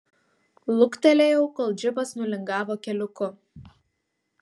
luktelėjau kol džipas nulingavo keliuku